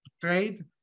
trade